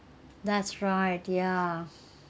that's right yeah